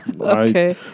Okay